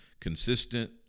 consistent